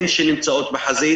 הן אלה שנמצאות בחזית.